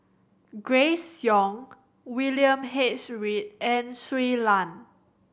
Grace Young William H Read and Shui Lan